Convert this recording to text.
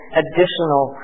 additional